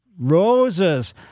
roses